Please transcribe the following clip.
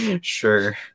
Sure